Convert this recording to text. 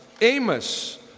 Amos